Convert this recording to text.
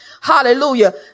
Hallelujah